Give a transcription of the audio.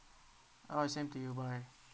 alright same to you bye